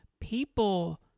people